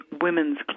Women's